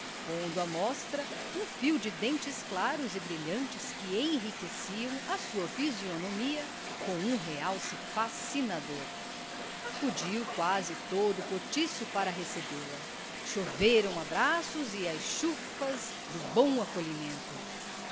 pondo à mostra um fio de dentes claros e brilhantes que enriqueciam a sua fisionomia com um realce fascinador acudiu quase todo o cortiço para recebê-la choveram abraços e as chufas do bom acolhimento